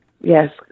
Yes